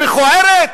המכוערת?